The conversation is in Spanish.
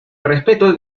respeto